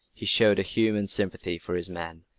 he showed a human sympathy for his men,